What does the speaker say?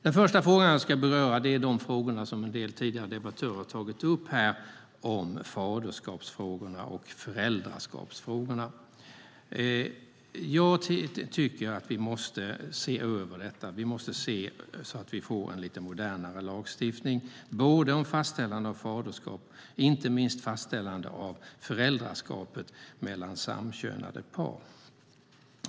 Den första frågan jag ska beröra är det som en del tidigare debattörer har tagit upp, nämligen faderskapsfrågorna och föräldraskapsfrågorna. Jag tycker att vi måste se över detta. Vi måste se till att vi får en modernare lagstiftning när det gäller fastställande av faderskap och inte minst fastställande av föräldraskap i samkönade par.